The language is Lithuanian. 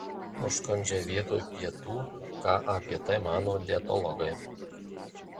užkandžiai vietoj pietų ką apie tai mano dietologai